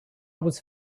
was